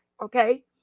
Okay